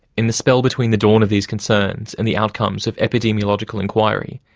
in the spell between the dawn of these concerns and the outcomes of epidemiological inquiry,